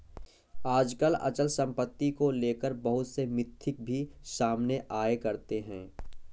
आजकल अचल सम्पत्ति को लेकर बहुत से मिथक भी सामने आया करते हैं